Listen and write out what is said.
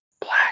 black